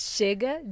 Chega